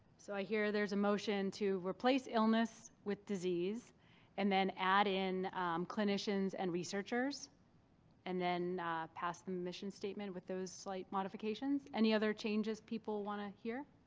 so i hear there's a motion to replace illness with disease and then add in clinicians and researchers and then pass the mission statement with those slight modifications. any other changes people want to hear?